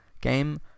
game